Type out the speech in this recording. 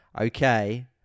okay